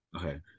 okay